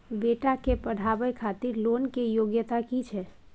बेटा के पढाबै खातिर लोन के योग्यता कि छै